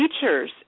teachers